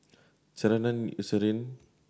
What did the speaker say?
Ceradan Eucerin